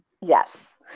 yes